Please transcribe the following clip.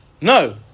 No